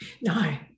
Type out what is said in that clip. no